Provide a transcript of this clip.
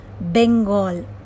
Bengal